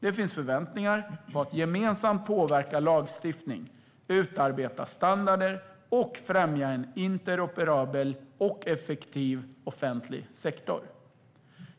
Det finns förväntningar på att gemensamt påverka lagstiftning, utarbeta standarder och främja en interoperabel och effektiv offentlig sektor.